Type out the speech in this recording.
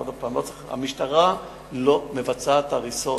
עוד הפעם, המשטרה לא מבצעת הריסות.